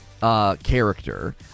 Character